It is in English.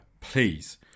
please